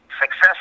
success